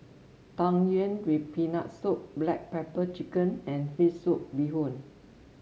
Tang Yuen with Peanut Soup Black Pepper Chicken and fish soup Bee Hoon